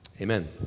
Amen